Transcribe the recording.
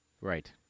Right